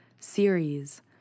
series